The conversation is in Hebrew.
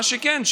מה שכן,